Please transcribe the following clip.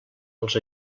els